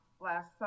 last